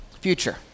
future